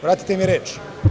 Vratite mi reč.